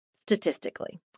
statistically